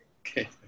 Okay